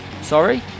sorry